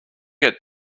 get